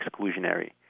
exclusionary